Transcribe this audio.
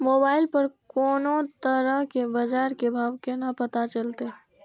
Mobile पर कोनो तरह के बाजार के भाव केना पता चलते?